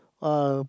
um